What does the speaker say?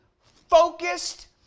focused